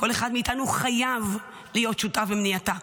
כל אחד מאיתנו חייב להיות שותף במניעתה.